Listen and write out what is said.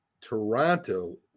Toronto